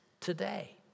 today